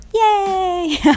Yay